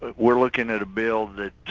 ah we're looking at a bill that